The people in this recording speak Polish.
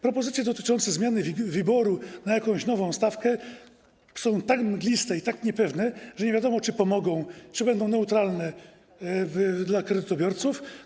Propozycje dotyczące zmiany WIBOR-u na jakąś nową stawkę są tak mgliste i tak niepewne, że nie wiadomo, czy pomogą, czy będą neutralne dla kredytobiorców.